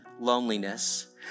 loneliness